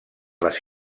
les